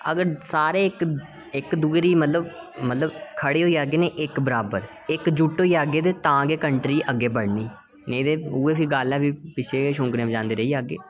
अगर सारे इक इक दूए दी मतलब मतलब खड़े होई जाह्गे निं इक बराबर इक जुट होई जाह्गे तां गै कंट्री अग्गै बढ़नी नेईं ते उऐ फ्ही गल्ल प्ही पिच्छै गै शुनकनें बजांदे रेही जाह्गे